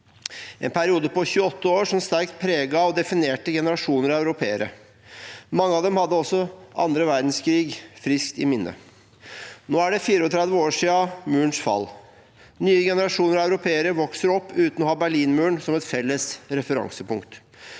en periode på 28 år som sterkt preget og definerte generasjoner av europeere. Mange av dem hadde også annen verdenskrig friskt i minne. Nå er det 34 år siden Murens fall. Nye generasjoner europeere vokser opp uten å ha Berlinmuren som et felles referansepunkt,